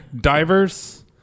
divers